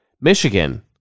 Michigan